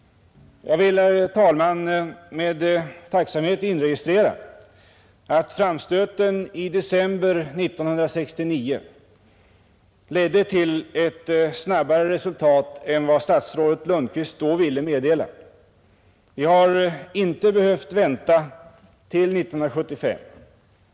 Jag vill, herr talman, med tacksamhet inregistrera att framstöten i december 1969 ledde till ett snabbare resultat än vad statsrådet Lundkvist då ville lova. Vi har inte behövt vänta till 1975.